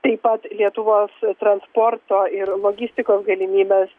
taip pat lietuvos transporto ir logistikos galimybes